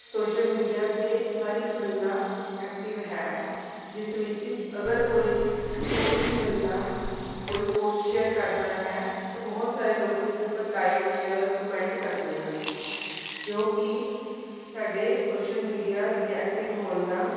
social media 'ਤੇ ਹਰ ਇੱਕ ਬੰਦਾ ਐਕਟਿਵ ਹੈ ਜਿਸ ਵਿੱਚ ਅਗਰ ਕੋਈ ਕੋਈ ਵੀ ਬੰਦਾ ਕੋਈ ਪੋਸਟ ਸ਼ੇਅਰ ਕਰਦਾ ਹੈ ਅਤੇ ਬਹੁਤ ਸਾਰੇ ਲੋਕ ਉਸਦੇ ਉੱਪਰ ਲਾਈਕ ਸ਼ੇਅਰ ਕਮੈਂਟ ਕਰਦੇ ਹਨ ਜੋ ਕਿ ਸਾਡੇ ਸੋਸ਼ਲ ਮੀਡੀਆ ਅਤੇ ਐਕਟਿਵ ਹੋਣ ਦਾ